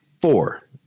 four